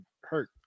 hurt